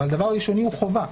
אבל הדבר הראשוני הוא חובה,